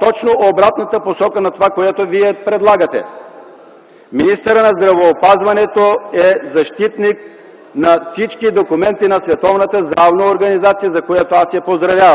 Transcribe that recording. точно обратната посока на това, което предлагате. Министърът на здравеопазването е защитник на всички документи на Световната здравна